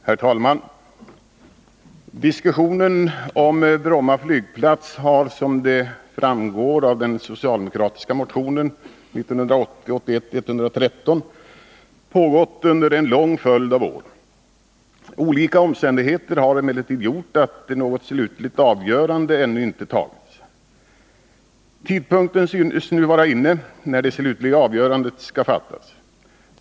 Herr talman! Diskussionen om Bromma flygplats har som det framgår av den socialdemokratiska motionen 1980/81:113 pågått under en lång följd av år. Olika omständigheter har emellertid gjort att något slutligt avgörande ännu inte tagits. Tidpunkten synes nu vara inne när det slutliga avgörandet skall fattas.